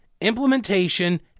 implementation